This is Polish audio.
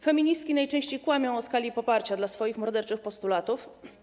Feministki najczęściej kłamią o skali poparcia dla swoich morderczych postulatów.